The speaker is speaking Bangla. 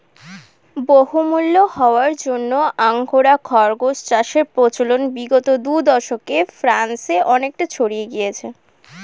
বহুমূল্য হওয়ার জন্য আঙ্গোরা খরগোশ চাষের প্রচলন বিগত দু দশকে ফ্রান্সে অনেকটা ছড়িয়ে গিয়েছে